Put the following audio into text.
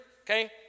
okay